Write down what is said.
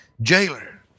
jailer